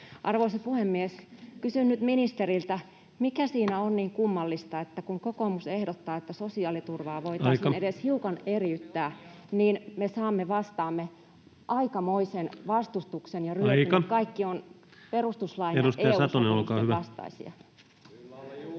Arvoisa puhemies! Kysyn nyt ministeriltä, mikä siinä on niin kummallista, että kun kokoomus ehdottaa, että sosiaaliturvaa voitaisiin [Puhemies: Aika!] edes hiukan eriyttää, niin me saamme vastaamme aikamoisen vastustuksen ja ryöpyn, että [Puhemies: Aika!] kaikki on perustuslain ja EU-sopimusten vastaisia.